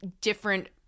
different